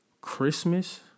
Christmas